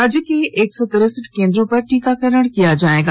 राज्य के एक सौ तिरसठ केंद्रों पर टीकाकरण किया जायेगा